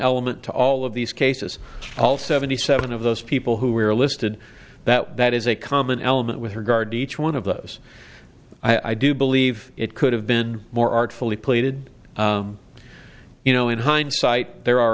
element to all of these cases all seventy seven of those people who were listed that that is a common element with regard to each one of those i do believe it could have been more artfully plated you know in hindsight there are